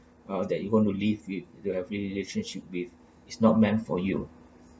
uh that you want to live with that you have a relationship with is not meant for you